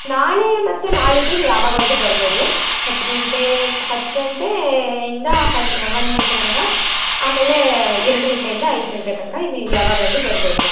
ನಾಳೆ ಮತ್ತು ನಾಳಿದ್ದು ಯಾವಾಗಾದರೂ ಬರ್ಬೋದು ಹತ್ತು ಗಂಟೆ ಹತ್ತು ಗಂಟೆಯಿಂದ ಹನ್ ಒಂದು ಗಂಟೆ ತನಕ ಆಮೇಲೆ ಎರಡು ಗಂಟೆಯಿಂದ ಐದು ಗಂಟೆ ತನಕ ಇನ್ನು ನೀವು ಯಾವಾಗಾದರೂ ಬರ್ಬೋದು